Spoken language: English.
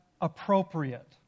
appropriate